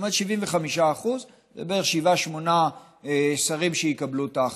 75% זה בערך שבעה-שמונה שרים שיקבלו את ההחלטה.